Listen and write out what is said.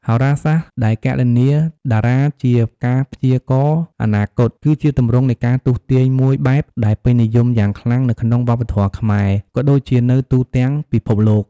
ហោរាសាស្ត្រដែលគណនាតារាជាការព្យាករណ៍អនាគត គឺជាទម្រង់នៃការទស្សន៍ទាយមួយបែបដែលពេញនិយមយ៉ាងខ្លាំងនៅក្នុងវប្បធម៌ខ្មែរ ក៏ដូចជានៅទូទាំងពិភពលោក។